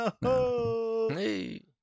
Hey